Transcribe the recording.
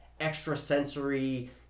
extra-sensory